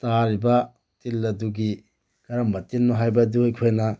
ꯇꯥꯔꯤꯕ ꯇꯤꯟ ꯑꯗꯨꯒꯤ ꯀꯔꯝꯕ ꯇꯤꯟꯅꯣ ꯍꯥꯏꯕ ꯑꯗꯨ ꯑꯩꯈꯣꯏꯅ